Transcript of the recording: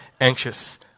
anxious